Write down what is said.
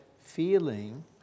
feeling